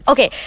Okay